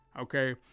okay